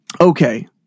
Okay